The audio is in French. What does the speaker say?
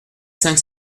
cinq